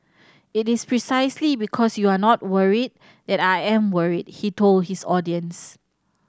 it is precisely because you are not worried that I am worried he told his audience